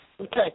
Okay